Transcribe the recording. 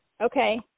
Okay